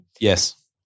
Yes